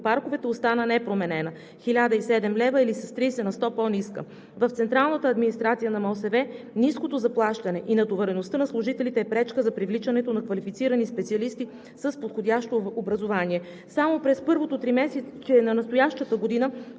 парковете остана непроменена – 1007 лв., или с 30 на сто по-ниска. В централната администрация на МОСВ ниското заплащане и натовареността на служителите е пречка за привличането на квалифицирани специалисти с подходящо образование. Само през първото тримесечие на настоящата година